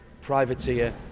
privateer